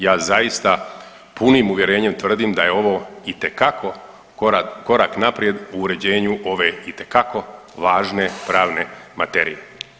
Ja zaista punim uvjerenjem tvrdim da je ovo itekako korak naprijed u uređenju ove itekako važne pravne materije.